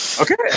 Okay